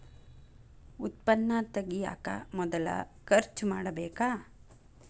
ಉತ್ಪನ್ನಾ ತಗಿಯಾಕ ಮೊದಲ ಖರ್ಚು ಮಾಡಬೇಕ